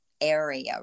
area